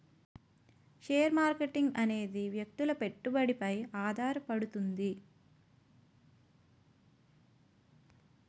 share marketing అనేది వ్యక్తుల పెట్టుబడిపై ఆధారపడుతది